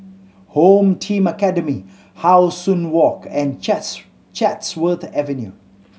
Home Team Academy How Sun Walk and Chats Chatsworth Avenue